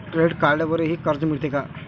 Credit कार्डवरही कर्ज मिळते का?